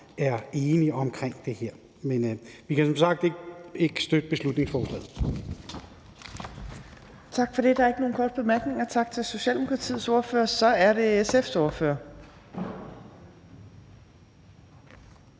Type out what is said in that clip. er enige om det her. Men vi kan ikke støtte beslutningsforslaget.